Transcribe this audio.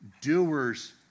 doers